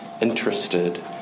interested